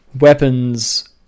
Weapons